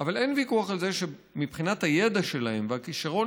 אבל אין ויכוח על זה שמבחינת הידע שלהם והכישרון